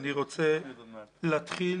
אני רוצה להתחיל